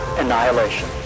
annihilation